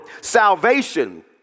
salvation